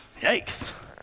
yikes